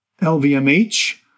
LVMH